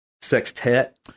sextet